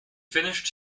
finished